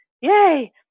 yay